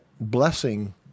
blessing